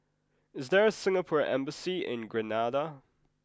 is there a Singapore Embassy in Grenada